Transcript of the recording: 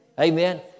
Amen